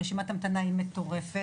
רשימת ההמתנה מטורפת.